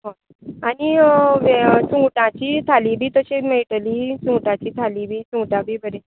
आं आनी अं वे् सुंगटांची थाली बी तशें मेळटली सुंगटांची थाली बी सुंगटां बी बरीं